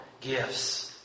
gifts